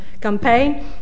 campaign